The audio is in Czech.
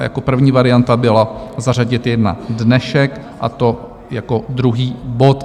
Jako první varianta byla zařadit ji na dnešek, a to jako druhý bod.